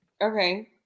Okay